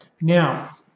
Now